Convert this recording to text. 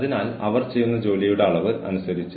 അതിനായി എല്ലാവിധ പിന്തുണയും നൽകുന്നുണ്ട്